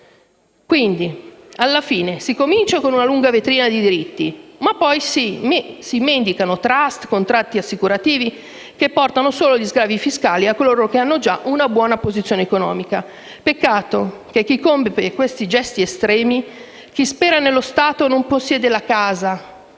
Si comincia quindi con una lunga vetrina di diritti, ma poi si mendicano *trust* e contratti assicurativi che portano solo sgravi fiscali a quanti hanno già una buona posizione economica. Peccato che chi compie questi gesti estremi, chi spera nello Stato, non possiede la casa,